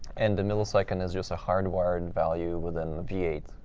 and the millisecond is just a hard-wired and value within the v eight,